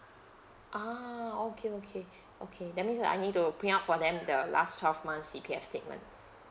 ah okay okay okay that means I need to print out for them the last twelve months C_P_F statement